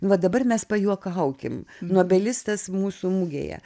va dabar mes pajuokaukim nobelistas mūsų mugėje